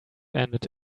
ended